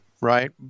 Right